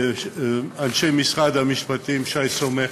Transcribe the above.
ולאנשי משרד המשפטים, שי סומך,